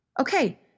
Okay